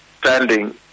standing